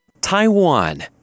Taiwan